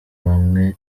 bamwe